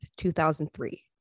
2003